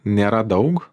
nėra daug